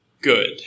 good